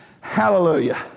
Hallelujah